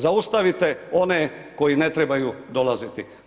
Zaustavite one koji ne trebaju dolaziti.